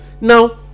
now